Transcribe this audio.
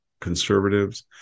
conservatives